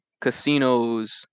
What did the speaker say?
casinos